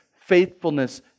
faithfulness